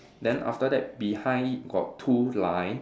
then after that behind it got two line